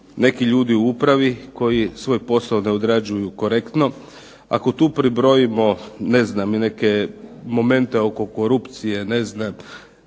neki ljudi u upravi koji svoj posao ne odrađuju korektno. Ako tu pribrojimo i neke momente oko korupcije i štete